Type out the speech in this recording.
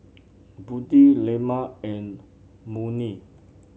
Budi Leman and Murni